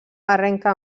arrenca